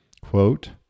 Quote